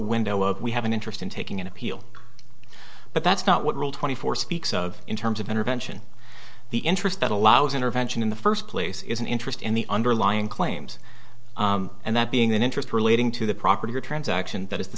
window of we have an interest in taking an appeal but that's not what rule twenty four speaks of in terms of intervention the interest that allows intervention in the first place is an interest in the underlying claims and that being an interest relating to the property or transaction that is the